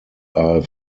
are